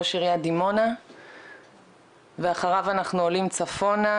ראש עריית דימונה ואחריו אנחנו עולים צפונה,